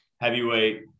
Heavyweight